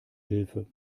hilfe